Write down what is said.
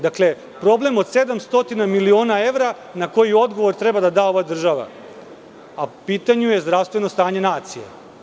Dakle, problem od 700 miliona evra na koji odgovor treba da da ova država, a u pitanju je zdravstveno stanje nacije.